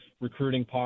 recruiting